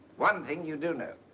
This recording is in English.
one thing you do know